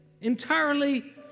entirely